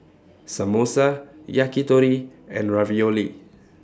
Samosa Yakitori and Ravioli